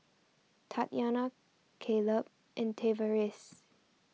Tatyanna Kaleb and Tavaris